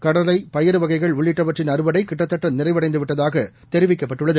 கடலை பயறுவகைகள்உள்ளிட்டவற்றின்அறுவடைகிட்டத்தட்டநிறைவடைந்துவிட்டதாக தெரிவிக்கப்பட்டுள்ளது